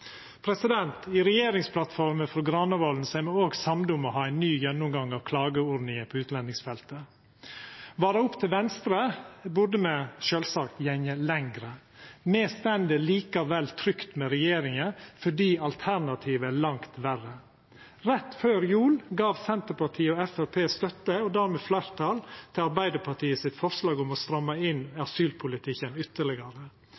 I regjeringsplattforma frå Granavolden er me òg samde om å ha ein ny gjennomgang av klageordninga på utlendingsfeltet. Var det opp til Venstre, burde me sjølvsagt gått lenger. Me står likevel trygt med regjeringa, fordi alternativet er langt verre. Rett før jul gav Senterpartiet og Framstegspartiet støtte – og dermed fleirtal – til Arbeidarpartiet sitt forslag om å stramma inn asylpolitikken ytterlegare.